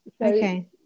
Okay